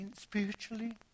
spiritually